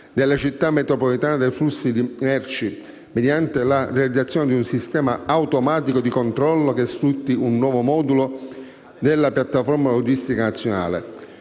delle Città metropolitane dei flussi di merci mediante la realizzazione di un sistema automatico di controllo che sfrutti un nuovo modulo della piattaforma logistica nazionale.